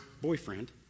boyfriend